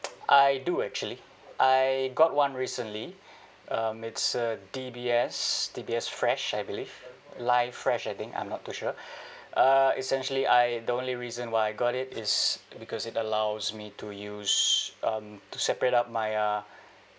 I do actually I got one recently it's um D_B_S D_B_S fresh I believe live fresh I think I'm not too sure uh essentially I the only reason why I got it is because it allows me to use um to separate up my uh